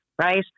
right